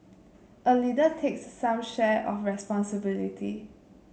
a leader takes some share of responsibility